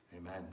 Amen